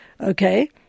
Okay